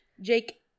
jake